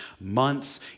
months